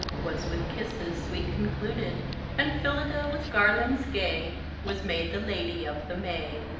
was with kisses sweete concluded and phillida with garlands gaye was made the lady of the maye.